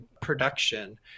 production